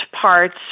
parts